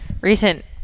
recent